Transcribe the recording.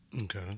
Okay